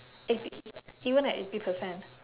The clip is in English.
eighty even at eighty percent